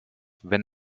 wenn